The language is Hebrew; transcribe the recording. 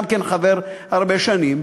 גם הוא חבר הרבה שנים.